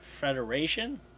federation